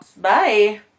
Bye